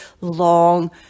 long